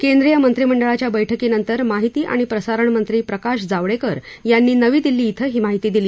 केंद्रीय मंत्रिमंडळाच्या बैठकीनंतर माहिती आणि प्रसारण मंत्री प्रकाश जावडेकर यांनी नवी दिल्ली खें ही माहिती दिली